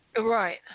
Right